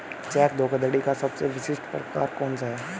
Check धोखाधड़ी का सबसे विशिष्ट प्रकार कौन सा है?